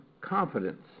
confidence